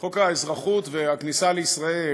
חוק האזרחות והכניסה לישראל